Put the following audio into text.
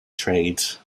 trade